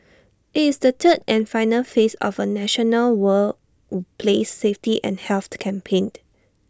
IT is the third and final phase of A national work place safety and health campaign